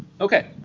Okay